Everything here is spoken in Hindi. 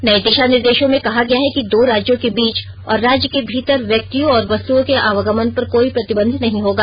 नये दिशा निर्देशों में कहा गया है कि दो राज्यों के बीच और राज्य के भीतर व्यक्तियों और वस्तुओं के आवागमन पर कोई प्रतिबंध नहीं होगा